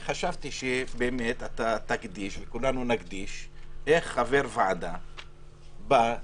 חשבתי שכולנו נדבר על זה שחבר ועדה אומר: